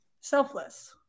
selfless